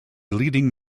leading